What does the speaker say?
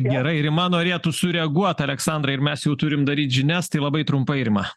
gerai rima norėtų sureaguot aleksandrai ir mes jau turim daryti žinias tai labai trumpai rima